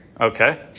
Okay